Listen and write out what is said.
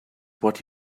what